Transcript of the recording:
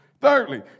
Thirdly